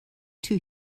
too